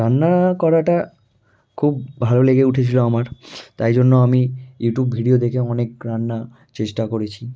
রান্না করাটা খুব ভালো লেগে উঠেছিলো আমার তাই জন্য আমি ইউটিউব ভিডিও দেখে অনেক রান্না চেষ্টা করেছি